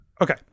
Okay